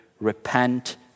Repent